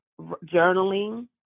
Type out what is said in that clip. Journaling